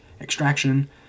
Extraction